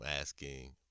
asking